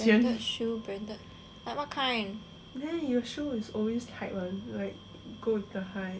like what kind